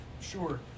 sure